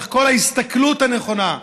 איך כל ההסתכלות הנכונה,